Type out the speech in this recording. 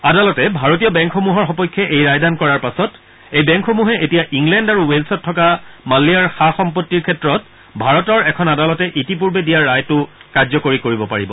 আদালতে ভাৰতীয় বেংকসমূহৰ সপক্ষে এই ৰায়দান কৰাৰ পাছত এই বেংকসমূহে এতিয়া ইংলেণ্ড আৰু ৱেল্ছত থকা মালিয়াৰ সা সম্পত্তিৰ ক্ষেত্ৰত ভাৰতৰ এখন আদালতে ইতিপূৰ্বে দিয়া ৰায়টো কাৰ্যকৰী কৰিব পাৰিব